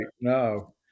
No